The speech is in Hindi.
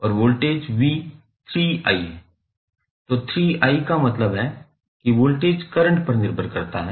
तो 3i का मतलब है कि वोल्टेज करंट पर निर्भर करता है